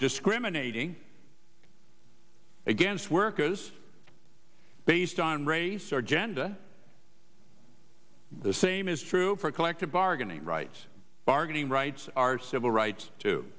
discriminating against workers based on race or gender the same is true for collective bargaining rights bargaining rights our civil rights to